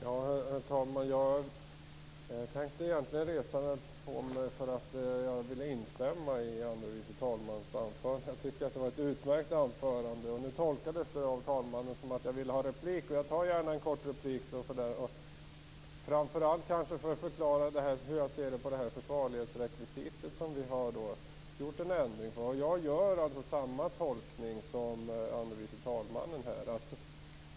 Herr talman! Jag tänkte egentligen resa mig för att jag ville instämma i andre vice talmannens anförande. Jag tycker att det var ett utmärkt anförande. Nu tolkades det av talmannen som om jag ville ha replik, och jag tar gärna en kort replik, framför allt för att förklara hur jag ser på försvarlighetsrekvisitet, som vi har gjort en ändring i. Jag gör alltså samma tolkning som andre vice talmannen.